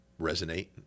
resonate